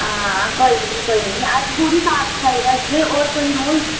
हां कोई नी कोई नी अस पूरी साफ सफाई रक्खगे होर कोई रूल्स